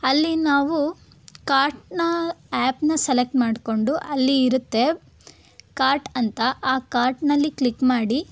ಅಲ್ಲಿ ನಾವು ಕಾರ್ಟ್ನ ಆ್ಯಪನ್ನ ಸೆಲೆಕ್ಟ್ ಮಾಡಿಕೊಂಡು ಅಲ್ಲಿ ಇರುತ್ತೆ ಕಾರ್ಟ್ ಅಂತ ಆ ಕಾರ್ಟ್ನಲ್ಲಿ ಕ್ಲಿಕ್ ಮಾಡಿ